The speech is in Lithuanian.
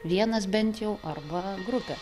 vienas bent jau arba grupė